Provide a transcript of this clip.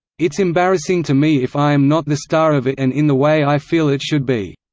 it's embarrassing to me if i am not the star of it and in the way i feel it should be.